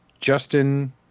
Justin